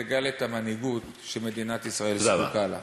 תגלה את המנהיגות שמדינת ישראל זקוקה לה.